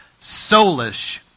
Soulish